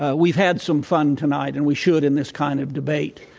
ah we've had some fun tonight, and we should in this kind of debate.